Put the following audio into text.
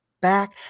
back